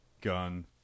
gun